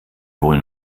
wohl